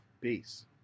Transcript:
peace